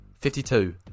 52